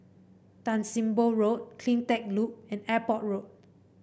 Tan Sim Boh Road CleanTech Loop and Airport Road